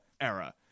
era